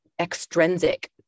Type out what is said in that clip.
extrinsic